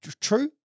true